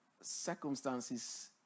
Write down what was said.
circumstances